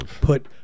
Put